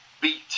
beat